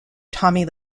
tommy